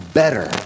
better